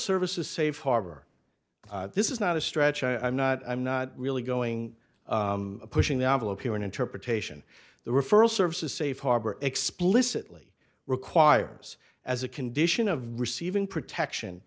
service a safe harbor this is not a stretch i'm not i'm not really going pushing the envelope here in interpretation the referral service is safe harbor explicitly requires as a condition of receiving protection